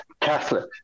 Catholic